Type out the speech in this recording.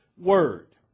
Word